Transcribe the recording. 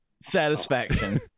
Satisfaction